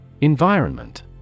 Environment